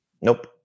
Nope